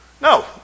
No